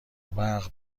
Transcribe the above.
برق